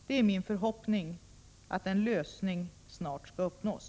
Det är min förhoppning att en lösning snart skall uppnås.